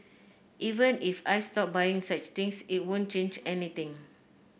even if I stop buying such things it won't change anything